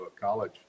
college